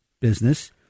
business